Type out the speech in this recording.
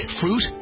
fruit